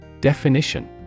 DEFINITION